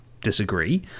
disagree